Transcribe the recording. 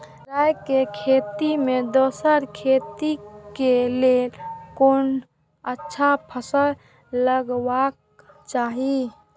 राय के खेती मे दोसर खेती के लेल कोन अच्छा फसल लगवाक चाहिँ?